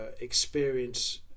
experience